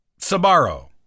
Sabaro